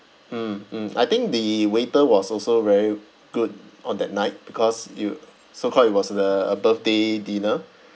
mm mm I think the waiter was also very good on that night because you so call it was the a birthday dinner